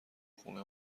خونه